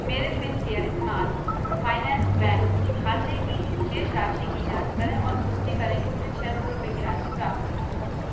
मेरे Fincare small finance bank खाते की शेष राशि की जाँच करें और पुष्टि करें कि मुझे छः सौ रुपये की राशि प्राप्त हुई है